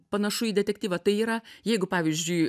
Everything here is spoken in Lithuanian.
panašu į detektyvą tai yra jeigu pavyzdžiui